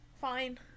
Fine